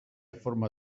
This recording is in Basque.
forma